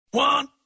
One